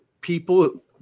people